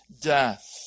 death